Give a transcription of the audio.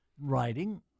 writing